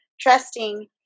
trusting